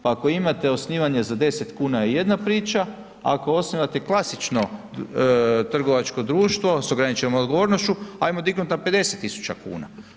Pa ako imate osnivanje za 10 kuna je jedna priča, ako osnivate klasično trgovačko društvo s ograničenom odgovornošću ajmo dignut na 50.000 kuna.